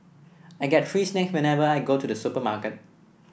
I get free snacks whenever I go to the supermarket